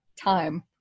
time